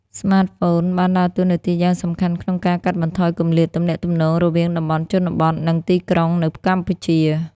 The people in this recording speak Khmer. ស្មាតហ្វូនបានដើរតួនាទីយ៉ាងសំខាន់ក្នុងការកាត់បន្ថយគម្លាតទំនាក់ទំនងរវាងតំបន់ជនបទ និងទីក្រុងនៅកម្ពុជា។